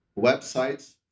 websites